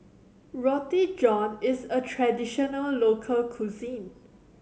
Roti John is a traditional local cuisine